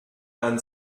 man